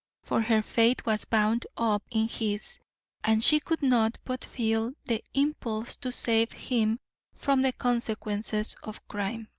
for her fate was bound up in his and she could not but feel the impulse to save him from the consequences of crime,